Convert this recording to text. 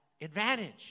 advantage